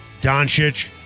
Doncic